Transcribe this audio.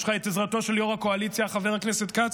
יש לך את עזרתו של יו"ר הקואליציה חבר הכנסת כץ,